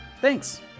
Thanks